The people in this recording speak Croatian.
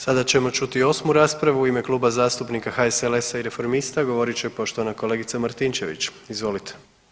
Sada ćemo čuti 8. raspravu u ime Kluba zastupnika HSLS-a i Reformista, a govorit će poštovana kolegica Martinčević, izvolite.